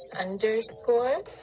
underscore